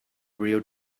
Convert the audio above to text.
real